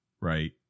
right